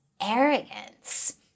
arrogance